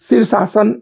शीर्षासन